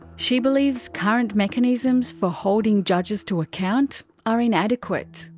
she believes current mechanisms for holding judges to account are inadequate.